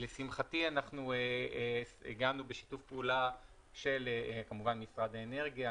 לשמחתי אנחנו הגענו בשיתוף פעולה של כמובן משרד האנרגיה,